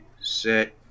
set